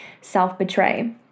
self-betray